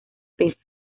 peso